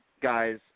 guys –